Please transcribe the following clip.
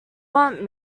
want